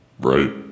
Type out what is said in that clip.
right